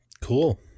Cool